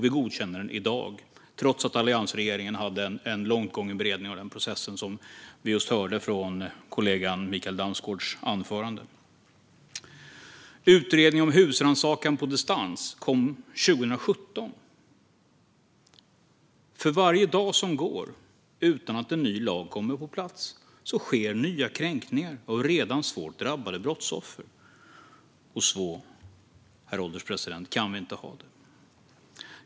Vi godkänner den först i dag, trots att alliansregeringen hade en långt gången beredning av den processen, som vi just hörde av kollegan Mikael Damsgaards anförande. Utredningen om husrannsakan på distans kom 2017. För varje dag som går utan att en ny lag kommer på plats sker nya kränkningar av redan svårt drabbade brottsoffer. Så, herr ålderspresident, kan vi inte ha det.